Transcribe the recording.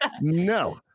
no